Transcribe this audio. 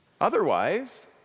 Otherwise